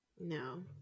no